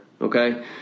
Okay